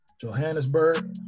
Johannesburg